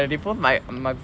they post my my bloody